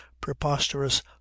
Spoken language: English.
preposterous